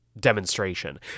demonstration